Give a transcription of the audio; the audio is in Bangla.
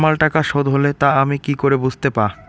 আমার টাকা শোধ হলে তা আমি কি করে বুঝতে পা?